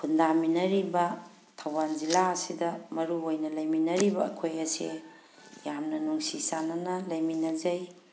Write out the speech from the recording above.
ꯈꯨꯟꯗꯥꯃꯤꯟꯅꯔꯤꯕ ꯊꯧꯕꯥꯜ ꯖꯤꯂꯥ ꯑꯁꯤꯗ ꯃꯔꯨꯑꯣꯏꯅ ꯂꯩꯃꯤꯟꯅꯔꯤꯕ ꯑꯩꯈꯣꯏ ꯑꯁꯦ ꯌꯥꯝꯅ ꯅꯨꯡꯁꯤ ꯆꯥꯅꯅ ꯂꯩꯃꯤꯟꯅꯖꯩ